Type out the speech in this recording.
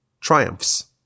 triumphs